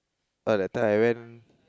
uh that time I went